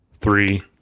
Three